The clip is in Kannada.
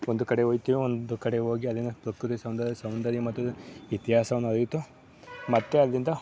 ಒಂದು ಕಡೆ ಹೋಗ್ತೀವಿ ಒಂದು ಕಡೆ ಹೋಗಿ ಅಲ್ಲಿನ ಪ್ರಕೃತಿ ಸೌಂದರ್ಯ ಸೌಂದರ್ಯ ಮತ್ತು ಇತಿಹಾಸವನ್ನು ಅರಿತು ಮತ್ತೆ ಅಲ್ಲಿಂದ